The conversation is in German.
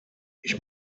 ich